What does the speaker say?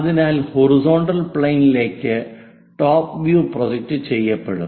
അതിനാൽ ഹൊറിസോണ്ടൽ പ്ലെയിനിലേക്ക് top view project ചെയ്യപ്പെടും